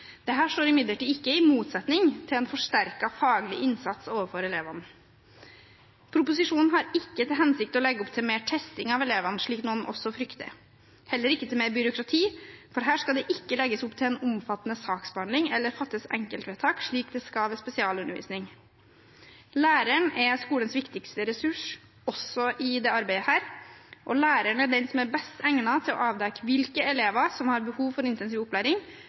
for her skal det ikke legges opp til en omfattende saksbehandling eller fattes enkeltvedtak, slik det skal ved spesialundervisning. Læreren er skolens viktigste ressurs også i dette arbeidet, og læreren er den som er best egnet til å avdekke hvilke elever som har behov for intensiv opplæring,